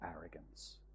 arrogance